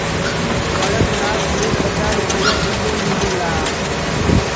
कड़कनाथ एक हजार रुपिया किलो मिलेला